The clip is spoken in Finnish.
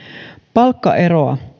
palkkaeroa